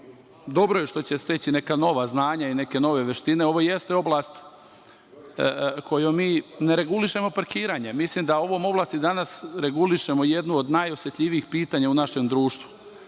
Dobro je što će steći neka nova znanja i neke nove veštine. Ovo jeste oblast koju mi ne regulišemo parkiranjem. Mislim, da ovom oblasti danas regulišemo jednu od najosetljivijih pitanja u našem društvu,